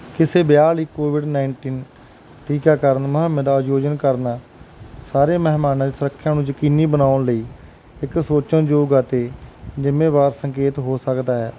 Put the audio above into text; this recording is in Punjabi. ਕਿਸੇ ਵਿਆਹ ਲਈ ਕੋਵਿਡ ਨਾਈਨਟੀਨ ਟੀਕਾਕਰਨ ਮੁਹਿੰਮ ਦਾ ਆਯੋਜਨ ਕਰਨਾ ਸਾਰੇ ਮਹਿਮਾਨਾਂ ਦੀ ਸੁਰੱਖਿਆ ਨੂੰ ਯਕੀਨੀ ਬਣਾਉਣ ਲਈ ਇੱਕ ਸੋਚਣਯੋਗ ਅਤੇ ਜ਼ਿੰਮੇਵਾਰ ਸੰਕੇਤ ਹੋ ਸਕਦਾ ਹੈ